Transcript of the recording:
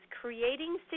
creating